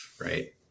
right